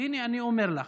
והינה, אני אומר לך,